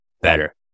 better